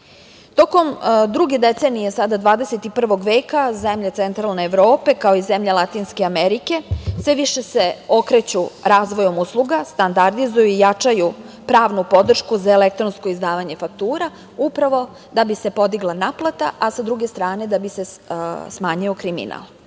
Tokom druge decenije sada 21 veka, zemlje centralne Evrope kao i zemlje latinske Amerike sve više se okreću razvoju usluga, standardizuju i jačaju pravnu podršku za elektronsko izdavanje faktura upravo da bi se podigla naplata, a sa druge strane da bi se smanjio kriminal. Ako